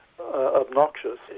obnoxious